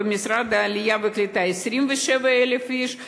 במשרד העלייה והקליטה 27,000 איש זכאים,